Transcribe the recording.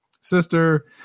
sister